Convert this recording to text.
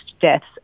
deaths